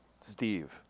Steve